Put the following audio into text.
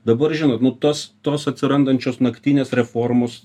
dabar žinot nu tos tos atsirandančios naktinės reformos